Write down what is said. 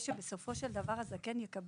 על מנת שבסופו של דבר הזקן יקבל